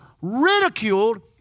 ridiculed